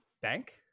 bank